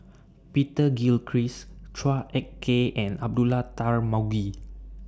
Peter Gilchrist Chua Ek Kay and Abdullah Tarmugi